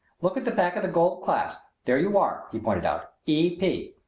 look at the back of the gold clasp. there you are, he pointed out e p.